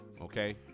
Okay